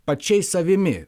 pačiais savimi